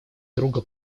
друга